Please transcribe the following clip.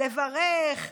לברך,